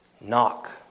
knock